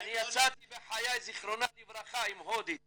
ואני יצאתי בחיי עם הודית ז"ל,